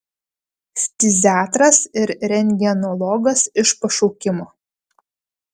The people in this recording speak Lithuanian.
ftiziatras ir rentgenologas iš pašaukimo